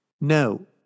No